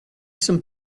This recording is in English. some